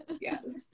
Yes